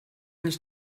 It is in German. nicht